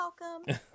welcome